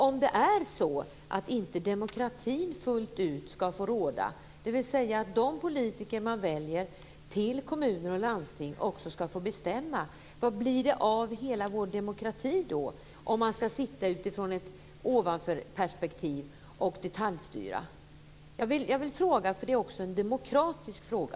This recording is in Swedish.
Om det är så att demokratin, dvs. att de politiker som väljs till kommuner och landsting också ska få bestämma, inte fullt ut ska få råda, vad blir det då av hela vår demokrati om man ska detaljstyra från ett ovanifrånperspektiv? Detta är också en demokratifråga.